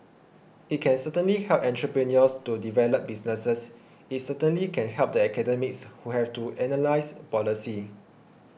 it can certainly help entrepreneurs to develop businesses it certainly can help the academics who have to analyse policy